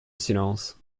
silence